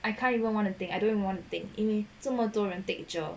I can't even wanna think I don't even wanna think 应为这么多人 take J_E_R